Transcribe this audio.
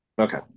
Okay